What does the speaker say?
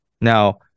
Now